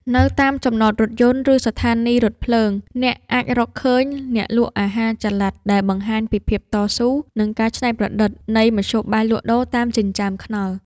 នៅតាមចំណតរថយន្ត ឬស្ថានីយរថភ្លើង អ្នកអាចរកឃើញអ្នកលក់អាហារចល័ត ដែលបង្ហាញពីភាពតស៊ូ និងការច្នៃប្រឌិតនៃមធ្យោបាយលក់ដូរតាមចិញ្ចើមថ្នល់។